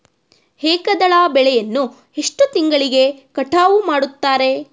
ಏಕದಳ ಬೆಳೆಯನ್ನು ಎಷ್ಟು ತಿಂಗಳಿಗೆ ಕಟಾವು ಮಾಡುತ್ತಾರೆ?